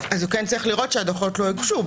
הוא צריך לראות שהדוחות לא הוגשו.